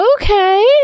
Okay